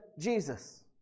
Jesus